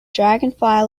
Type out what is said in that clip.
dragonfly